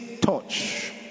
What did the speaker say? touch